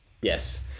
Yes